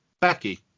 Becky